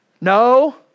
No